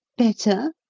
better?